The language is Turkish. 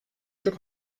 çok